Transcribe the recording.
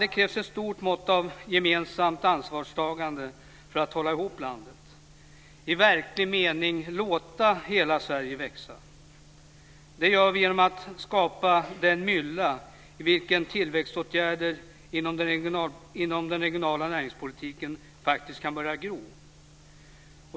Det krävs ett stort mått av gemensamt ansvarstagande för att hålla ihop landet och i verklig mening låta hela Sverige växa. Det gör vi genom att skapa den mylla i vilken tillväxtåtgärder inom den regionala näringspolitiken faktiskt kan börja gro.